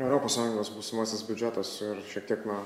europos sąjungos būsimasis biudžetas ir šiek tiek na